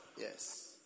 Yes